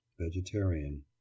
vegetarian